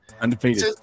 Undefeated